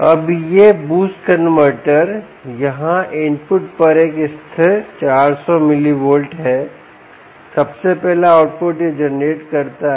अब यह boost converter यहाँ इनपुट पर एक स्थिर 400 मिलीवोल्ट है सबसे पहला आउटपुट यह जेनरेट करता है